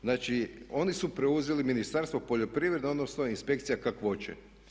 Znači, oni su preuzeli, Ministarstvo poljoprivrede odnosno Inspekcija kakvoće.